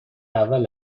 اول